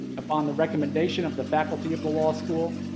upon the recommendation of the faculty of the law school,